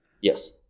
Yes